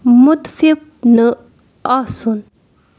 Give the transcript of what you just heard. مُتفِف نہٕ آسُن